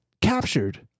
captured